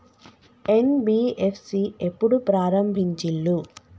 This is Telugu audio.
ఎన్.బి.ఎఫ్.సి ఎప్పుడు ప్రారంభించిల్లు?